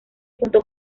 junto